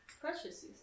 Precious